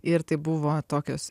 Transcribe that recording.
ir tai buvo tokios